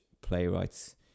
playwrights